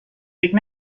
فکر